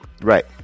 Right